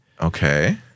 Okay